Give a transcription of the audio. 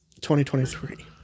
2023